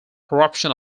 corruption